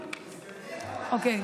אוקיי.